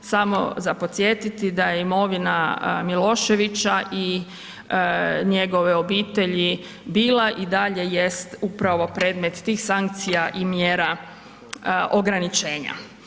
Samo za podsjetiti da je imovina Miloševića i njegove obitelji bila i dalje jest upravo predmet tih sankcija i mjera ograničenja.